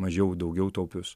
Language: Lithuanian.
mažiau daugiau taupius